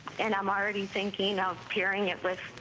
and i'm already thinking of carrying it with